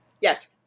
yes